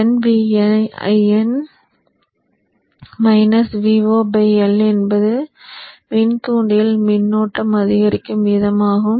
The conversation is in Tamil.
L என்பது மின்தூண்டியில் மின்னோட்டம் அதிகரிக்கும் வீதமாகும்